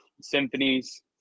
symphonies